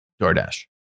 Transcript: DoorDash